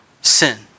sin